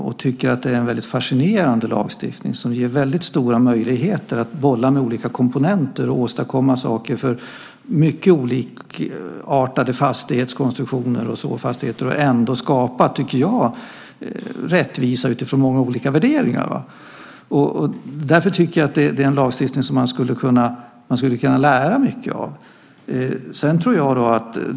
Jag tycker att det är en fascinerande lagstiftning som ger stora möjligheter att bolla med olika komponenter och åstadkomma saker för olikartade fastighetskonstruktioner och ändå skapa rättvisa utifrån många olika värderingar. Det är en lagstiftning som man skulle kunna lära mycket av.